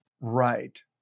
Right